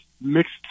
mixed